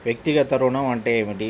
వ్యక్తిగత ఋణం అంటే ఏమిటి?